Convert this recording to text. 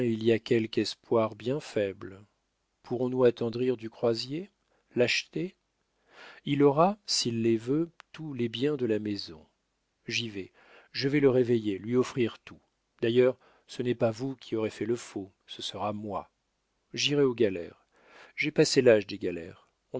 il y a quelque espoir bien faible pourrons-nous attendrir du croisier l'acheter il aura s'il les veut tous les biens de la maison j'y vais je vais le réveiller lui offrir tout d'ailleurs ce n'est pas vous qui aurez fait le faux ce sera moi j'irai aux galères j'ai passé l'âge des galères on